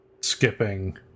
skipping